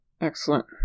Excellent